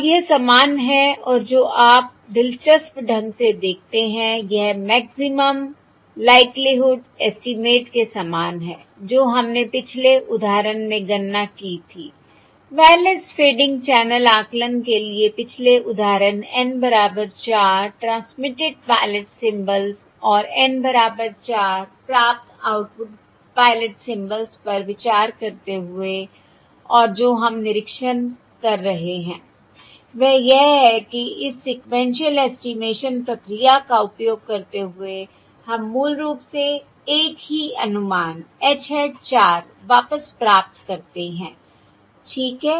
और यह समान है और जो आप दिलचस्प ढंग से देखते हैं यह मैक्सिमम लाइक्लीहुड एस्टीमेट के समान है जो हमने पिछले उदाहरण में गणना की थी वायरलेस फेडिंग चैनल आकलन के लिए पिछले उदाहरण N बराबर 4 ट्रांसमिटेड पायलट सिम्बल्स और N बराबर 4 प्राप्त आउटपुट पायलट सिंबल्स पर विचार करते हुए और जो हम निरीक्षण कर रहे हैं वह यह है कि इस सीक्वेन्शिअल एस्टिमेशन प्रक्रिया का उपयोग करते हुए हम मूल रूप से एक ही अनुमान h hat 4 वापस प्राप्त करते हैं ठीक है